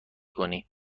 کنی